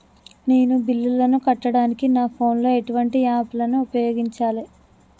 నేను బిల్లులను కట్టడానికి నా ఫోన్ లో ఎటువంటి యాప్ లను ఉపయోగించాలే?